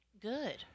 Good